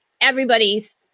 everybody's